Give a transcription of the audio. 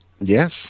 Yes